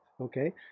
okay